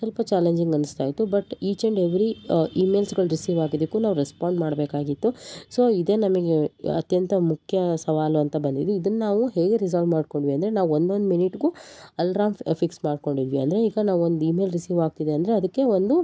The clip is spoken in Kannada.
ಸ್ವಲ್ಪ ಚಾಲೆಂಜಿಂಗ್ ಅನಿಸ್ತಾಯಿತ್ತು ಬಟ್ ಈಚ್ ಆ್ಯಂಡ್ ಎವ್ರಿ ಇಮೇಲ್ಸ್ಗಳು ರಿಸೀವ್ ಆಗಿದ್ದಕ್ಕು ನಾವು ರೆಸ್ಪಾನ್ದ್ ಮಾಡಬೇಕಾಗಿತ್ತು ಸೊ ಇದೇ ನಮಗೆ ಅತ್ಯಂತ ಮುಖ್ಯ ಸವಾಲು ಅಂತ ಬಂದಿದ್ದು ಇದನ್ನು ನಾವು ಹೇಗೆ ರಿಝಾಲ್ವ್ ಮಾಡಿಕೊಂಡ್ವಿ ಅಂದರೆ ನಾವು ಒಂದೊಂದು ಮಿನಿಟಿಗು ಅಲ್ರಾಮ್ ಫಿಕ್ಸ್ ಮಾಡಿಕೊಂಡಿದ್ವಿ ಅಂದರೆ ಈಗ ನಾವೊಂದು ಇ ಮೇಲ್ ರಿಸೀವ್ ಆಗ್ತಿದೆ ಅಂದರೆ ಅದಕ್ಕೆ ಒಂದು